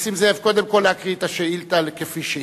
נסים זאב, קודם כול להקריא את השאילתא כפי שהיא.